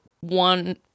one